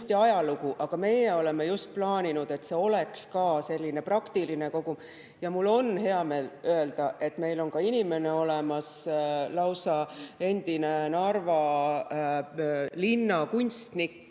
aga meie oleme plaaninud, et see oleks ka selline praktiline. Ja mul on hea meel öelda, et meil on inimene olemas, lausa endine Narva linnakunstnik,